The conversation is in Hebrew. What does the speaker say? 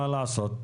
מה לעשות,